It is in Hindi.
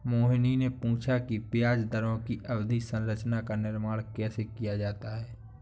मोहिनी ने पूछा कि ब्याज दरों की अवधि संरचना का निर्माण कैसे किया जाता है?